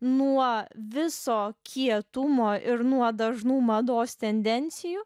nuo viso kietumo ir nuo dažnų mados tendencijų